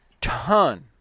ton